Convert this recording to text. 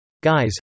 guys